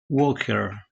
walker